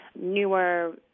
newer